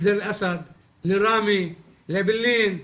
לדיר אל אסד, לראמה, לאעבלין,